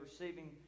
receiving